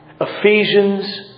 Ephesians